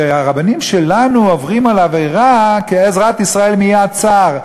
שהרבנים שלנו עוברים על עבירה כ"עזרת ישראל מיד צר".